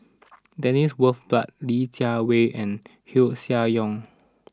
Dennis Bloodworth Li Jiawei and Koeh Sia Yong